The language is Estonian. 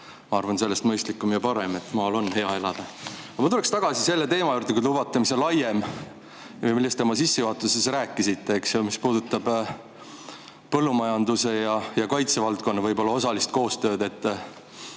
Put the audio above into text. ma arvan, sellest mõistlikum ja parem – maal on hea elada. Aga ma tulen tagasi selle teema juurde, kui te lubate, mis on laiem ja millest te oma sissejuhatuses rääkisite. See puudutab põllumajanduse ja kaitsevaldkonna osalist koostööd.